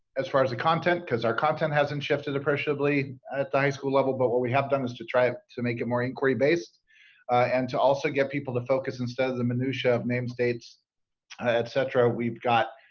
as far as the content because our content hasn't shifted appreciably at the high school level but what we have done is to try to make it more inquiry based and to also get people to focus instead of the minutia of names dates etc we've got